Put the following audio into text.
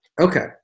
Okay